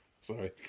sorry